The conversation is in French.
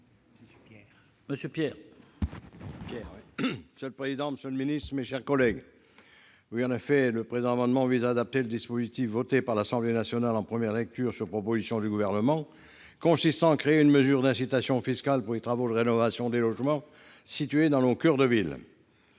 pour présenter l'amendement n° II-211 rectifié. Le présent amendement vise à adapter le dispositif voté par l'Assemblée nationale en première lecture, sur proposition du Gouvernement, consistant à créer une mesure d'incitation fiscale pour les travaux de rénovation de logements situés dans nos coeurs de ville.